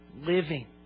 Living